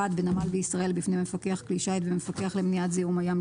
בנמל בישראל בפני מפקח כלי שיט ומפקח למניעת זיהום הים,